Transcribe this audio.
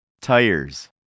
Tires